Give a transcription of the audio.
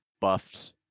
buffed